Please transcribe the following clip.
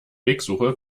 wegsuche